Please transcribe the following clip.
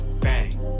bang